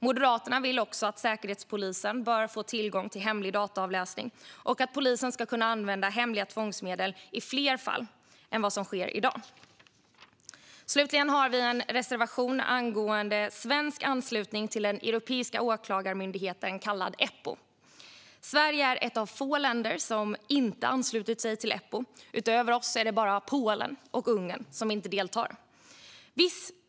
Moderaterna tycker också att Säkerhetspolisen bör få tillgång till hemlig dataavläsning och att polisen ska kunna använda hemliga tvångsmedel i fler fall än vad som sker i dag. Slutligen har vi en reservation angående svensk anslutning till den europeiska åklagarmyndigheten, Eppo. Sverige är ett av få länder som inte har anslutit sig till Eppo. Utöver Sverige är det bara Polen och Ungern som inte deltar.